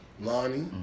Lonnie